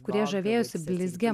kurie žavėjosi blizgia